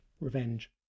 revenge